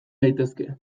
daitezke